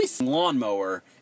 lawnmower